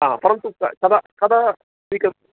परन्तु क कदा कदा स्वीकृतं